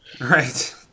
Right